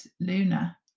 Luna